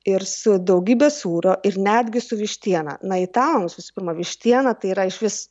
ir su daugybe sūrio ir netgi su vištiena na italams visu pirma vištiena tai yra išvis